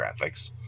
graphics